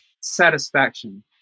Satisfaction